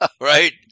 right